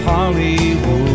Hollywood